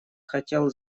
хотел